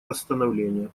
восстановление